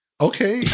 Okay